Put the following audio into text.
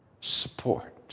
support